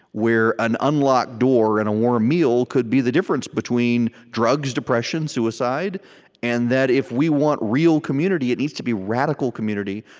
where an unlocked door and a warm meal could be the difference between drugs, depression, suicide and that if we want real community, it needs to be radical community.